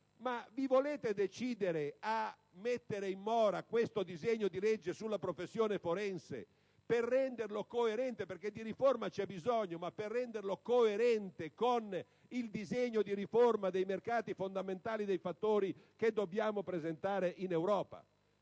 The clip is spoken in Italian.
fa. Vi volete decidere a mettere in mora il disegno di legge sulla professione forense, per renderlo coerente - perché di riforma c'è bisogno - con il disegno di riforma dei mercati fondamentali e dei fattori che dobbiamo presentare in Europa?